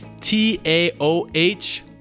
T-A-O-H